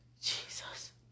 Jesus